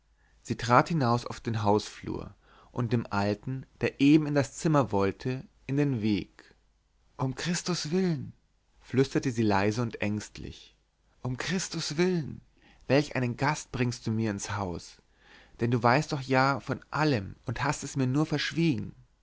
sie trat hinaus auf den hausflur und dem alten der eben in das zimmer wollte in den weg um christus willen flüsterte sie leise und ängstlich um christus willen welch einen gast bringst du mir ins haus denn du weißt doch ja von allem und hast es mir nur verschwiegen